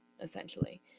essentially